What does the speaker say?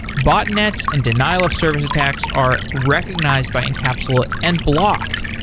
botnets and denial-of-service attacks are recognized by incapsula and blocked.